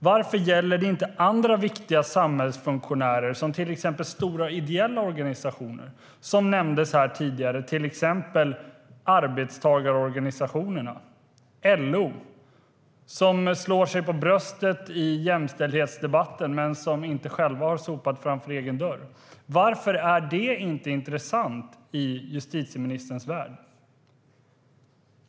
Varför gäller det inte andra viktiga samhällsfunktioner, som stora ideella organisationer, som nämndes tidigare, till exempel arbetstagarorganisationerna och LO, som slår sig för bröstet i jämställdhetsdebatten men inte har sopat framför egen dörr? Varför är det inte intressant i justitieministerns värld?